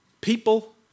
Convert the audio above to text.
people